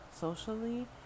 socially